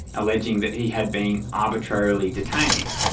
alleging that he had been arbitrarily detained.